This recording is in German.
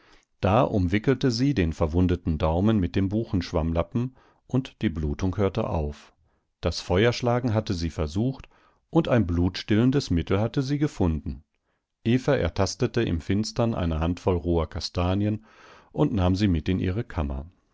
da umwickelte sie den verwundeten daumen mit dem buchenschwammlappen und die blutung hörte auf das feuerschlagen hatte sie versucht und ein blutstillendes mittel hatte sie gefunden eva ertastete im finstern eine handvoll roher kastanien und nahm sie mit in ihre kammer